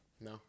No